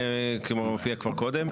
כלומר היא הופיעה כבר קודם.